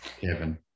Kevin